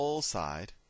side